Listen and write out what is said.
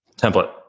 Template